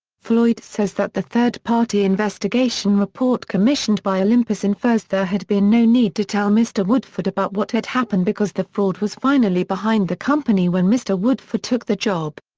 floyd says that the third party investigation report commissioned by olympus infers there had been no need to tell mr. woodford about what had happened because the fraud was finally behind the company when mr. woodford took the job.